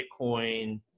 Bitcoin